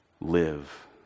live